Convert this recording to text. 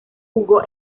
jugó